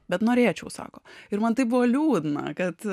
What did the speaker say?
bet norėčiau sako ir man tai buvo liūdna kad